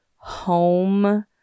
home